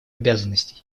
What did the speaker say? обязанностей